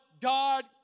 God